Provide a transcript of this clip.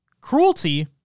Cruelty